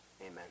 Amen